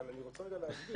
אבל אני רוצה רגע להסביר.